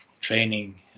training